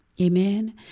Amen